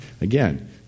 Again